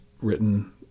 written